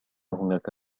هناك